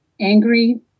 angry